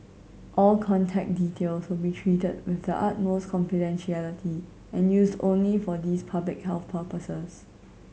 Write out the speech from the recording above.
all contact details will be treated with the utmost confidentiality and used only for these public health purposes